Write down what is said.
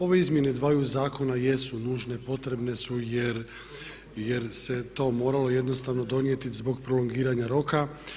Ove izmjene dvaju zakona jesu nužne, potrebne su jer se to moralo jednostavno donijeti zbog prolongiranja roka.